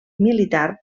militar